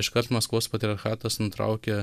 iškart maskvos patriarchatas nutraukė